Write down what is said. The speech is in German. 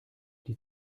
die